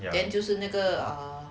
then 就是那个